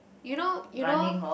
you know you know